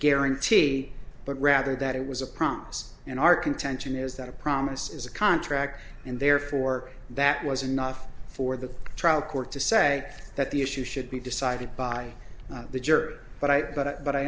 guarantee but rather that it was a promise in our contention is that a promise is a contract and therefore that was enough for the trial court to say that the issue should be decided by the jury but i but i